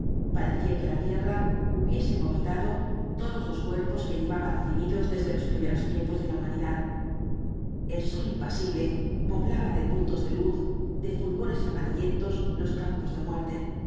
parecía que la tierra hubiese vomitado todos los cuerpos que llevaba recibidos desde los primeros tiempos de la humanidad el sol impasible poblaba de puntos de luz de fulgores amarillentos los campos de muerte los